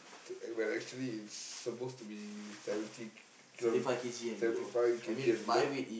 when actually it's supposed to be seventy ki~ kilo seventy five K_G and below